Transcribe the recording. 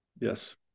Yes